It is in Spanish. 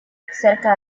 cerca